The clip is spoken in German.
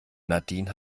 nadine